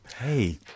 Hey